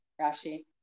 Rashi